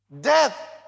Death